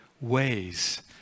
ways